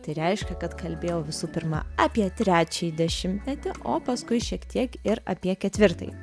tai reiškia kad kalbėjau visų pirma apie trečiąjį dešimtmetį o paskui šiek tiek ir apie ketvirtąjį